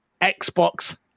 Xbox